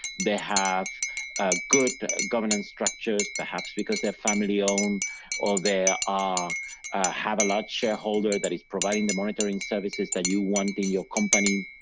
they have good governance structures, perhaps because they're family-owned or they ah have a large shareholder that is providing the monitoring services that you want in your company,